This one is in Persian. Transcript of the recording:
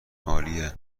عالیه